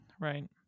Right